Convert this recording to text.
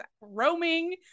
roaming